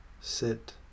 sit